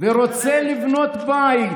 ורוצה לבנות בית,